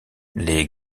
les